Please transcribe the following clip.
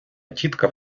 тітка